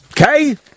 Okay